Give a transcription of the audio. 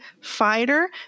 Fighter